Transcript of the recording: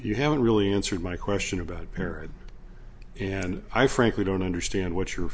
you haven't really answered my question about her and i frankly don't understand what you